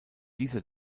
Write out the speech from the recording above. dieser